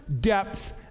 depth